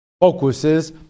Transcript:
focuses